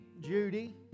Judy